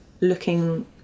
looking